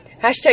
hashtag